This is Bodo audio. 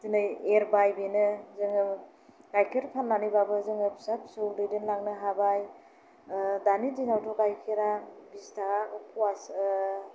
दिनै एरबाय बेनो जोङो गाइखेर फाननानैब्लाबो जोङो फिसा फिसौ दैदेनलांनो हाबाय दानि दिनावथ' गाइखेरा बिस थाखा पुवासे